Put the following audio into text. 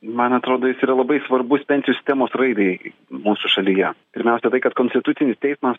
man atrodo jis yra labai svarbus pensijų sistemos raidai mūsų šalyje pirmiausia tai kad konstitucinis teismas